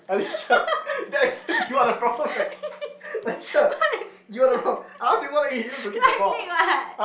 what a joke right leg [what]